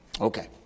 Okay